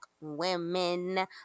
women